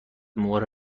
مهره